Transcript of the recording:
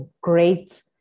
great